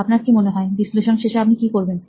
আপনার কি মনে হয় বিশ্লেষণ শেষে আপনি কি করবেন